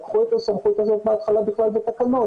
לקחו את הסמכות הזאת בהתחלה בכלל בתקנות.